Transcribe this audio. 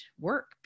work